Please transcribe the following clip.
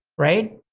right?